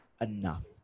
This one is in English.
enough